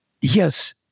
Yes